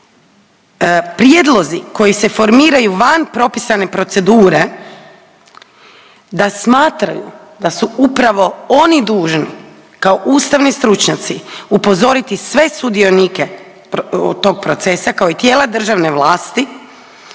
prijedlozi koji se formiraju van propisane procedure da smatraju da su upravo oni dužni kao ustavni stručnjaci upozoriti sve sudionike tog procesa kao i tijela državne vlasti